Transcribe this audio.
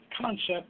concept